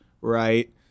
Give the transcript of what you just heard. right